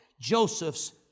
Joseph's